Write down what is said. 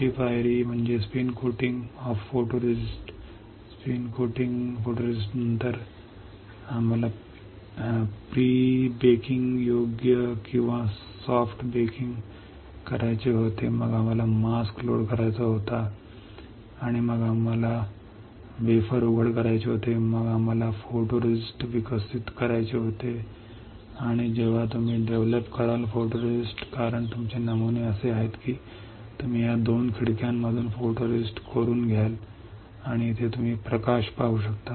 पुढची पायरी म्हणजे spin coating photoresist spin coating photoresist नंतर आम्हाला प्रीबेकिंग योग्य किंवा सॉफ्ट बेकिंग करायचे होते मग आम्हाला मास्क लोड करायचा होता आणि मग आम्हाला वेफर उघड करायचे होते मग आम्हाला फोटोरिस्ट विकसित करायचे होते आणि जेव्हा तुम्ही डेव्हलप कराल फोटोरिस्टिस्ट कारण तुमचे नमुने असे आहेत की तुम्ही या 2 खिडक्यांमधून फोटोरेस्टिस्ट खोदून घ्याल आणि इथे तुम्ही प्रकाश पाहू शकता